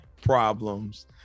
problems